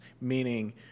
meaning